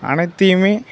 அனைத்தையுமே